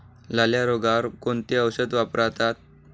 लाल्या रोगावर कोणते औषध वापरतात?